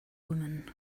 woman